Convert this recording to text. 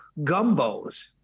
gumbos